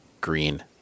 green